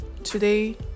today